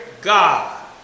God